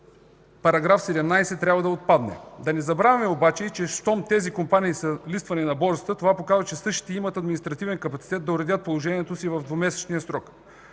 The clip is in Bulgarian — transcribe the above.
че § 17 трябва да отпадне. Да не забравяме обаче, че щом тези компании са листвани на борсата, това показва, че същите имат административен капацитет да уредят положението си в двумесечния срок.